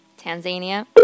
Tanzania